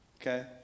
Okay